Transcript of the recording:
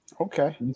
Okay